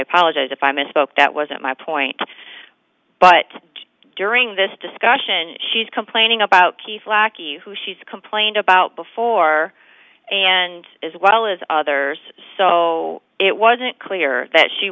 apologize if i misspoke that wasn't my point but during this discussion she's complaining about keith lackey who she's complained about before and as well as others so it wasn't clear that she